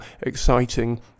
exciting